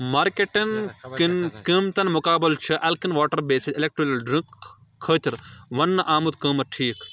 مارکیٹن کٮ۪ن قۭمتن مُقابلہٕ چھ alkaline water based electrolyte drink خٲطِر وننہٕ آمُت قۭمَتھ ٹھیٖک